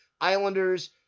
Islanders